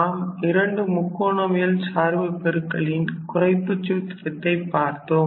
நாம் இரண்டு முக்கோணவியல் சார்பு பெருக்கலின் குறைப்புச் சூத்திரத்தைப் பார்த்தோம்